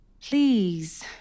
please